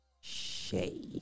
Shay